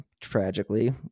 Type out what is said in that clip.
tragically